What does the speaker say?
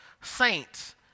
saints